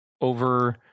over